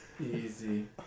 Easy